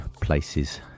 places